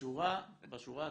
בשורה התחתונה,